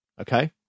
Okay